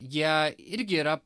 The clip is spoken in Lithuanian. jie irgi yra